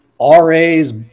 ra's